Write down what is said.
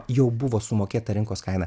jau buvo sumokėta rinkos kaina